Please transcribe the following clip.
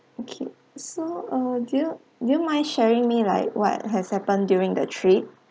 okay so uh do you mind sharing me like what has happen during the trip